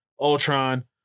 Ultron